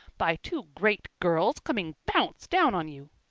by two great girls coming bounce down on you.